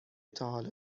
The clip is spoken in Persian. تاحالا